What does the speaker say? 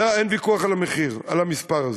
דע, אין ויכוח על המחיר, על המספר הזה.